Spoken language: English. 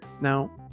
now